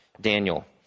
Daniel